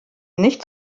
nicht